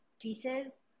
pieces